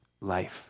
life